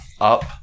up